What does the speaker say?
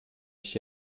ich